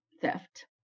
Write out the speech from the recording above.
theft